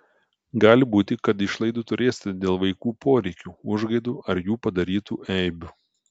gali būti kad išlaidų turėsite dėl vaikų poreikių užgaidų ar jų padarytų eibių